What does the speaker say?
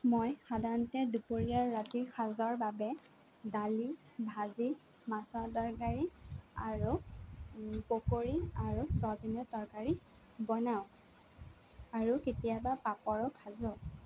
মই সাধাৰণতে দুপৰীয়া ৰাতিৰ সাজৰ বাবে দালি ভাজি মাছৰ তৰকাৰি আৰু পকৰি আৰু ছয়াবিনৰ তৰকাৰি বনাওঁ আৰু কেতিয়াবা পাপৰো ভাজোঁ